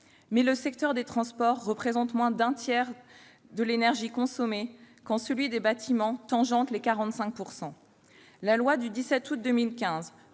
Mais le secteur des transports représente moins d'un tiers de l'énergie consommée, quand celui des bâtiments avoisine 45 %. La loi du 17 août 2015